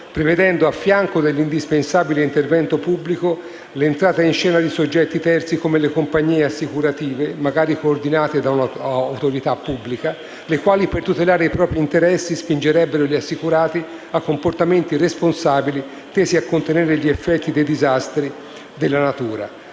prevedendo a fianco dell'indispensabile intervento pubblico l'entrata in scena di soggetti terzi come le compagnie assicurative - magari coordinate da un'autorità pubblica - le quali, per tutelare i propri interessi, spingerebbero gli assicurati a comportamenti responsabili tesi a contenere gli effetti dei disastri della natura.